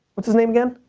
what's his name again?